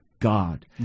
God